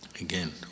Again